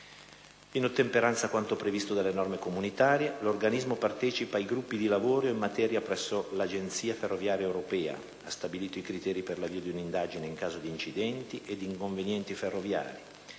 In ottemperanza a quanto previsto dalle norme comunitarie, l'organismo partecipa ai gruppi di lavoro in materia presso l'Agenzia ferroviaria europea, ha stabilito i criteri per l'avvio di un'indagine in caso di incidenti ed inconvenienti ferroviari,